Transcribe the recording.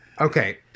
Okay